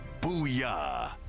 Booyah